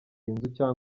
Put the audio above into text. inzu